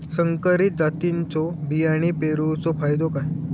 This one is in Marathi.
संकरित जातींच्यो बियाणी पेरूचो फायदो काय?